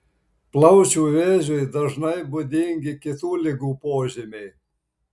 plaučių vėžiui dažnai būdingi kitų ligų požymiai